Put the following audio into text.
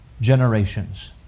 generations